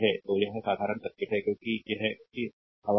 तो यह एक साधारण सर्किट है क्योंकि यह कच्ची हवा है